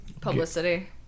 Publicity